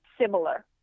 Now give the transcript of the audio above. similar